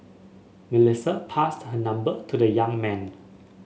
Melissa passed her number to the young man